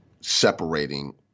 separating